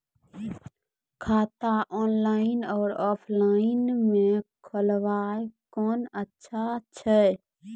खाता ऑनलाइन और ऑफलाइन म खोलवाय कुन अच्छा छै?